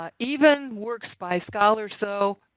ah even works by scholars, though,